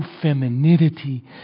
femininity